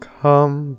come